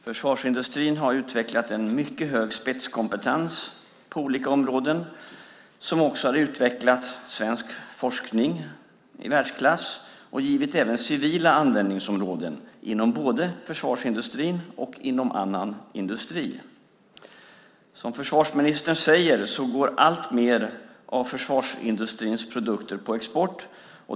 Försvarsindustrin har utvecklat en mycket hög spetskompetens på olika områden som också har utvecklat svensk forskning, i världsklass, och även givit civila användningsområden inom både försvarsindustrin och annan industri. Som försvarsministern säger går alltmer av försvarsindustrins produkter på export.